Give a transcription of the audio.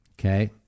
okay